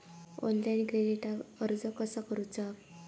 Online क्रेडिटाक अर्ज कसा करुचा?